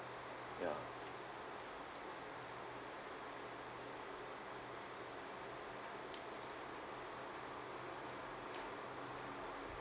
ya